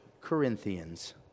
Corinthians